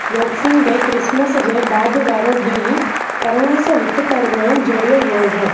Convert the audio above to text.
boxing day Christmas जे बाद वारो ॾींहुं अरिणा सौ हिकतरि में जोड़ियो वियो हुओ